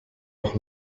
noch